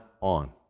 on